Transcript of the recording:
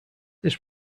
this